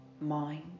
mind